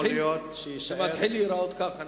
זה מתחיל להיראות כך.